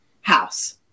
house